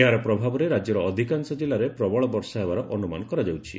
ଏହାର ପ୍ରଭାବରେ ରାକ୍ୟର ଅଧିକାଂଶ ଜିଲ୍ଲାରେ ପ୍ରବଳ ବର୍ଷା ହେବାର ଅନ୍ତମାନ କରାଯାଉଛି